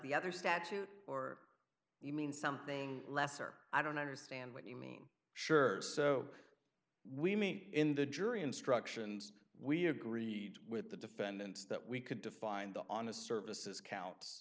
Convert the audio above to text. the other statute or you mean something lesser i don't understand what you mean sure so we mean in the jury instructions we agree with the defendant that we could define the honest services counts